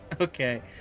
Okay